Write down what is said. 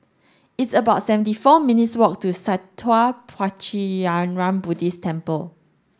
it's about seventy four minutes walk to Sattha Puchaniyaram Buddhist Temple